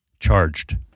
Charged